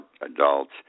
adults